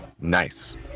nice